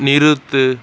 நிறுத்து